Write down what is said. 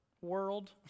world